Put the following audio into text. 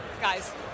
guys